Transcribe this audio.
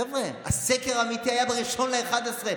חבר'ה, הסקר האמיתי היה ב-1 בנובמבר.